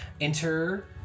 enter